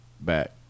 back